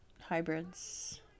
hybrids